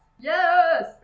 Yes